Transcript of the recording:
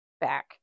back